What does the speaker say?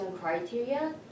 criteria